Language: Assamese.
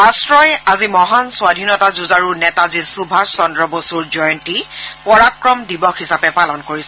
ৰাট্টই আজি মহান স্বধীনতা যুঁজাৰু নেতাজী সুভাষ চন্দ্ৰ বসুৰ জয়ন্তীক পৰাক্ৰম দিৱস হিচাপে পালন কৰিছে